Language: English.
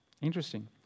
Interesting